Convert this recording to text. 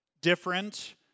different